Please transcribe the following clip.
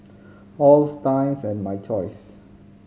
Halls Times and My Choice